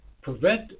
prevent